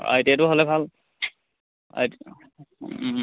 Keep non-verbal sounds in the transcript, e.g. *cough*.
আই T আইটো হ'লে ভাল *unintelligible*